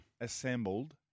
assembled